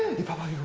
people i